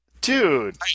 Dude